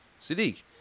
Sadiq